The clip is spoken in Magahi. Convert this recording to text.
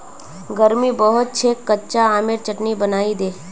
गर्मी बहुत छेक कच्चा आमेर चटनी बनइ दे